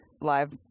live